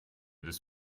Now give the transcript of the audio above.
this